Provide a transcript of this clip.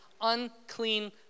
unclean